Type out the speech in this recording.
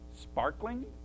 sparkling